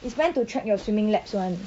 it's meant to track your swimming laps [one]